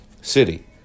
city